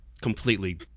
completely